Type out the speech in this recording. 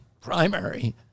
primary